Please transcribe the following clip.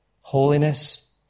Holiness